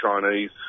Chinese